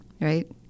right